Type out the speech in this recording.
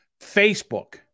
Facebook